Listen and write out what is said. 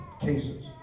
cases